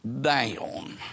down